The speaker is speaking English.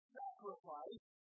sacrifice